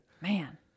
Man